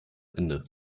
ende